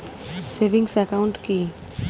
Savings account কি?